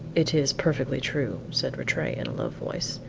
it is perfectly true, said rattray in a low voice.